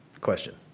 question